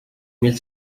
mil